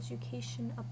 education